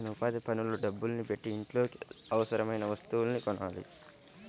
ఈ సంవత్సరం చేసిన ఉపాధి పనుల డబ్బుల్ని పెట్టి ఇంట్లోకి అవసరమయిన వస్తువుల్ని కొనాలి